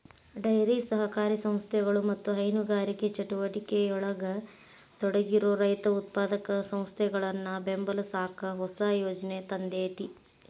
dairy ಸಹಕಾರಿ ಸಂಸ್ಥೆಗಳು ಮತ್ತ ಹೈನುಗಾರಿಕೆ ಚಟುವಟಿಕೆಯೊಳಗ ತೊಡಗಿರೋ ರೈತ ಉತ್ಪಾದಕ ಸಂಸ್ಥೆಗಳನ್ನ ಬೆಂಬಲಸಾಕ ಹೊಸ ಯೋಜನೆ ತಂದೇತಿ